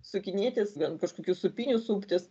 sukinėtis ant kažkokių sūpynių suptis